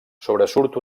sobresurt